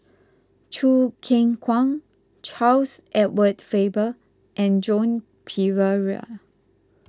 Choo Keng Kwang Charles Edward Faber and Joan Pereira